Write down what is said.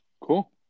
Cool